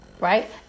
Right